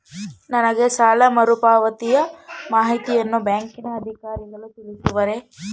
ನನಗೆ ಸಾಲ ಮರುಪಾವತಿಯ ಮಾಹಿತಿಯನ್ನು ಬ್ಯಾಂಕಿನ ಅಧಿಕಾರಿಗಳು ತಿಳಿಸುವರೇ?